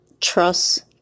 trust